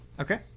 okay